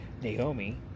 Naomi